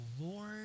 Lord